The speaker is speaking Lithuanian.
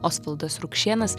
osvaldas rukšėnas